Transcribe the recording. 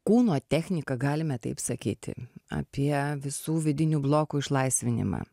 kūno techniką galime taip sakyti apie visų vidinių blokų išlaisvinimą